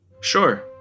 Sure